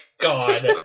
God